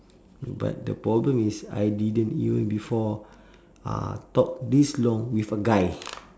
but the problem is I didn't even before uh talk this long with a guy